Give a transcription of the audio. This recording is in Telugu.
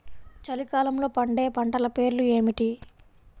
చలికాలంలో పండే పంటల పేర్లు ఏమిటీ?